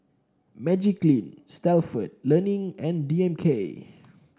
Magiclean Stalford Learning and D M K